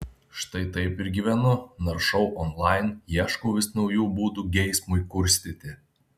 štai taip ir gyvenu naršau online ieškau vis naujų būdų geismui kurstyti